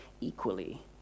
equally